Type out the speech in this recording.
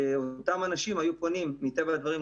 שמטבע הדברים אותם אנשים היו פונים למרכז